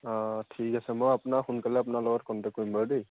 অঁ ঠিক আছে মই আপোনাক সোনকালে আপোনাৰ লগত কণ্টেক্টেট কৰিম বাৰু দেই